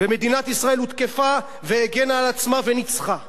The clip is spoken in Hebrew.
ומדינת ישראל הותקפה והגנה על עצמה וניצחה.